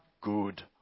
good